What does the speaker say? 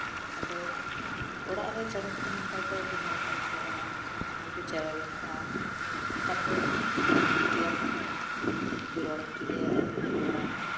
ᱟᱫᱚ ᱚᱲᱟᱜ ᱪᱮᱬᱮ ᱠᱚ ᱛᱟᱸᱦᱮᱱ ᱠᱷᱟᱱ ᱟᱹᱰᱤ ᱢᱚᱸᱡ ᱵᱩᱡᱷᱟᱹᱜᱼᱟ ᱥᱚᱵ ᱥᱚᱢᱚᱭ ᱠᱚ ᱪᱮᱨᱚ ᱵᱮᱨᱚᱜᱼᱟ ᱛᱟᱨᱯᱚᱨ ᱴᱤᱭᱟ ᱯᱟᱠᱷᱤ ᱡᱚᱫᱤ ᱨᱚᱲ ᱮᱢ ᱪᱮᱫ ᱟᱭᱟ ᱨᱚᱲ ᱟᱭ